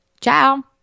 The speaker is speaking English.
Ciao